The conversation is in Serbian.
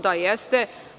Da, jeste.